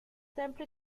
templo